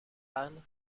anne